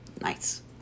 Nice